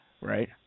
right